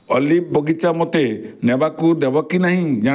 olive ବଗିଚା ମୋତେ ନେବାକୁ ଦେବ କି ନାହିଁ ଜା